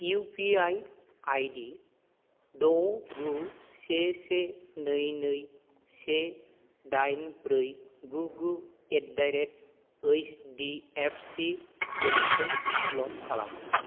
इउपि ID द' गु से से नै नै से दाइन ब्रै गु गु एद्दारेड ओइस दि एफ सि बेंक खौ ब्लक खालाम